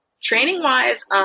Training-wise